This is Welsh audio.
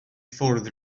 ffwrdd